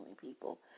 people